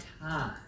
time